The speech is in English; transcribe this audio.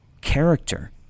character